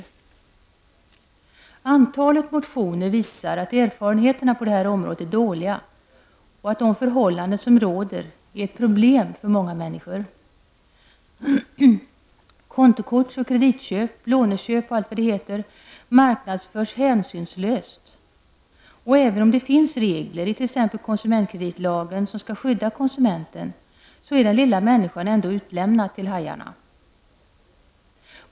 Antalet motioner visar att erfarenheterna på det här området är dåliga och att de förhållanden som råder är ett problem för många människor. Kontokorts och kreditköp, låneköp och allt vad de heter marknadsförs hänsynslöst. Även om det finns regler i t.ex. konsumentkreditlagen som skall skydda konsumenten, så är den lilla människan ändå utlämnad till hajarna.